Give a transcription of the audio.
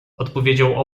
odpowiedział